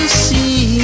see